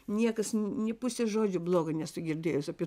niekas ni pusės žodžio blogo nesu girdėjus apie